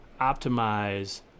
optimize